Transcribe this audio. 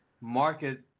market